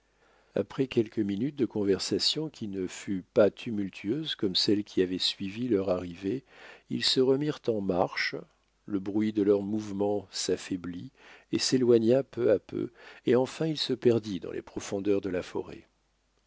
après quelques minutes de conversation qui ne fut pas tumultueuse comme celle qui avait suivi leur arrivée ils se remirent en marche le bruit de leurs mouvements s'affaiblit et s'éloigna peu à peu et enfin il se perdit dans les profondeurs de la forêt